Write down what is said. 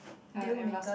I am rusted